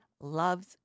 loves